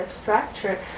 structure